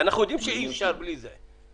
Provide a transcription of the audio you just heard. ואנחנו יודעים שאי אפשר בלי זה.